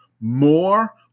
more